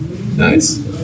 Nice